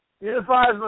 Unifies